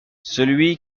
celui